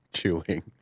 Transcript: Chewing